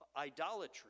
idolatry